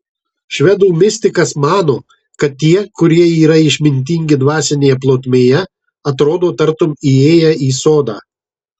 švedų mistikas mano kad tie kurie yra išmintingi dvasinėje plotmėje atrodo tartum įėję į sodą